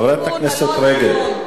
חברת הכנסת רגב.